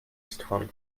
strong